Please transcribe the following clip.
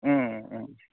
Om Om